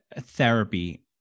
therapy